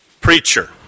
preacher